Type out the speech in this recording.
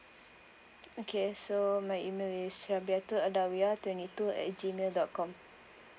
okay so my email is rabiahtul adawiyah twenty two at G mail dot com